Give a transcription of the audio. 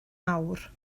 awr